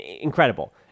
incredible